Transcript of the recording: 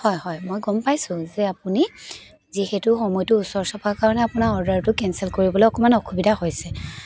হয় হয় মই গম পাইছোঁ যে আপুনি যিহেতু আপুনি সময়টো ওচৰ চপাৰ কাৰণে আপোনাৰ অৰ্ডাৰটো কেঞ্চেল কৰিবলৈ অকণমান অসুবিধা হৈছে